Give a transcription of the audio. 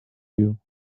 you